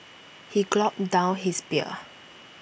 he gulped down his beer